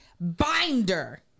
binder